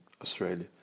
Australia